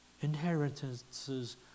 Inheritances